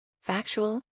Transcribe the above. factual